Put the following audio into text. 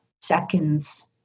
seconds